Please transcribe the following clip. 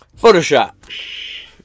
Photoshop